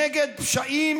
נגד פשעים